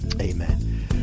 Amen